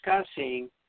discussing